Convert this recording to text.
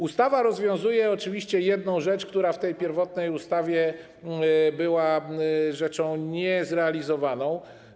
Ustawa rozwiązuje oczywiście jedną rzecz, która w tej pierwotnej ustawie była niezrealizowana.